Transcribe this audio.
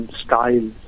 style